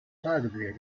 tagebücher